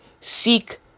Seek